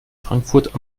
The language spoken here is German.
frankfurt